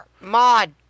mod